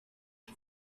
the